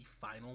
final